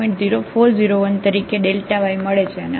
0401 તરીકે y મળે છે અને અહીં આપણને 0